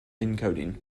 encoding